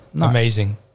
Amazing